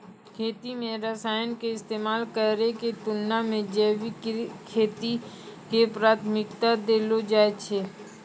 खेती मे रसायन के इस्तेमाल करै के तुलना मे जैविक खेती के प्राथमिकता देलो जाय छै